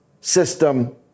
system